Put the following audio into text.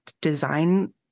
design